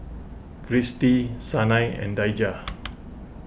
Cristy Sanai and Daija